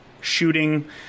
shooting